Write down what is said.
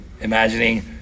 imagining